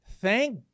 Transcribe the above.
Thank